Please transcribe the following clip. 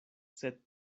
sed